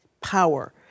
power